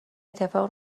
اتفاق